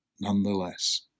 nonetheless